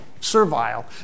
servile